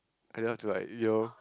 I don't have to like yo